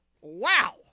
Wow